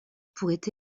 pourrait